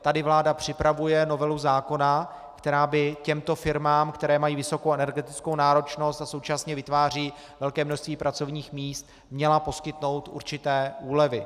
Tady vláda připravuje novelu zákona, která by těmto firmám, které mají vysokou energetickou náročnost a současně vytvářejí velké množství pracovních míst, měla poskytnout určité úlevy.